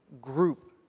group